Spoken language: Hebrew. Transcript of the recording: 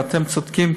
ואתם צודקים,